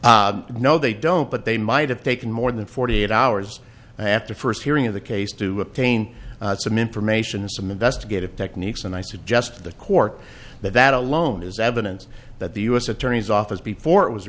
up no they don't but they might have taken more than forty eight hours after first hearing of the case to obtain some information some investigative techniques and i suggest to the court that that alone is evidence that the u s attorney's office before it was